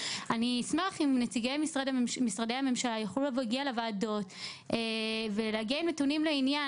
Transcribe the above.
אני אשמח אם נציגי משרדי הממשלה יוכלו להגיע לוועדות עם נתונים לעניין.